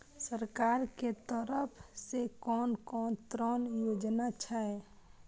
सरकार के तरफ से कोन कोन ऋण योजना छै?